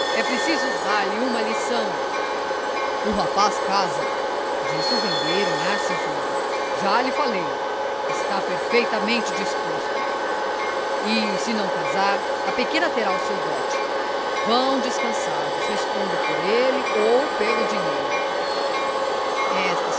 preciso dar-lhe uma lição o rapaz casa disse o vendeiro com ar sisudo já lhe falei está perfeitamente disposto e se não casar a pequena terá o seu dote vão descansados respondo por ele ou pelo dinheiro estas